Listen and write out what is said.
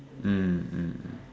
mm mm